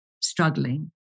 struggling